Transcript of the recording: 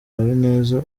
habineza